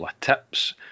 Tips